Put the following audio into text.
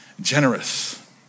generous